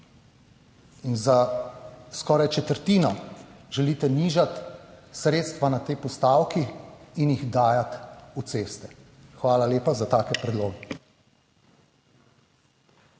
in za skoraj četrtino želite nižati sredstva na tej postavki in jih dajati v ceste. Hvala lepa za take predloge.